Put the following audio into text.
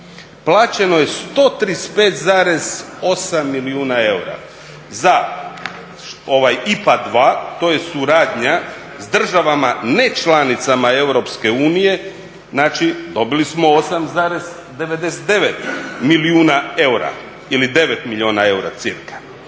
plaćeno je 135,8 milijuna eura, za ovaj IPA 2 to je suradnja s državama ne članicama EU, znači dobili smo 8,99 milijuna eura ili 9 milijun eura cirka,